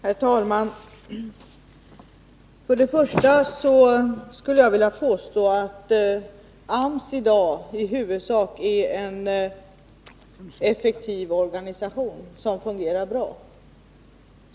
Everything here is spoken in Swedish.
Herr talman! Först och främst skulle jag vilja påstå att AMS i dag i huvudsak är en effektiv organisation som fungerar bra.